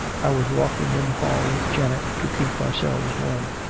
i was walking in the hall with janet to keep ourselves warm.